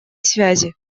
связи